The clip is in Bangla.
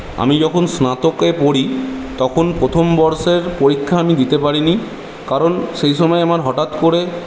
আমি যখন স্নাতকে পড়ি তখন প্রথম বর্ষের পরীক্ষা আমি দিতে পারিনি কারণ সেই সময় আমার হঠাৎ করে